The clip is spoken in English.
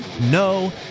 no